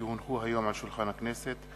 כי הונחו היום על שולחן הכנסת,